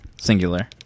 singular